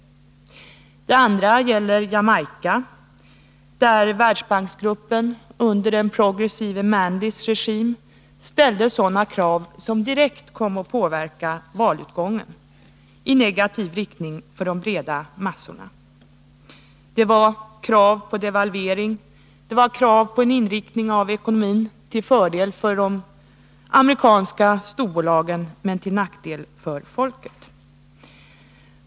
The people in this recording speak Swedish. Det andra exemplet gäller Jamaica, där Världsbanksgruppen under den progressive Manleys regim ställde krav som direkt kom att påverka valutgången i negativ riktning för de breda massorna. Det var krav på devalvering och krav på en inriktning av ekonomin till fördel för de amerikanska storbolagen men till nackdel för folket.